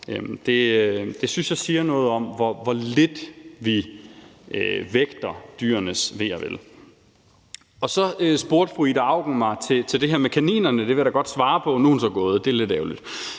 Det synes jeg siger noget om, hvor lidt vi vægter dyrenes ve og vel. Så spurgte fru Ida Auken mig om det her med kaninerne. Det vil jeg da godt svare på. Nu er hun så gået, så det er lidt ærgerligt.